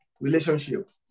relationship